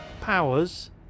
powers